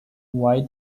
why